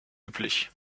üblich